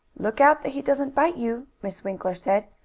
look out that he doesn't bite you, miss winkler said.